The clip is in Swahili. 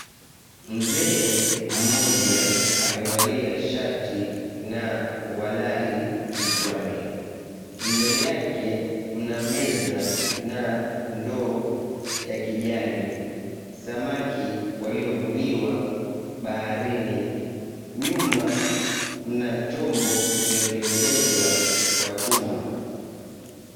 Mzee mmoja amevalia shati na walai kichwani mbele yake mna meza na ndoo ya kijani samaki walio vuliwa baharini nyuma mna chombo kilicho tengenezwa na chuma.